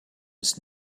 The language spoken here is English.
his